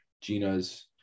Gina's